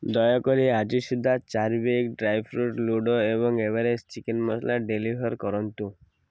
ଦୟାକରି ଆଜି ସୁଦ୍ଧା ଚାର୍ଭିକ୍ ଡ୍ରାଇ ଫ୍ରୁଟ୍ ଲୁଡ଼ୋ ଏବଂ ଏଭରେଷ୍ଟ ଚିକେନ୍ ମସଲା ଡେଲିଭର୍ କରନ୍ତୁ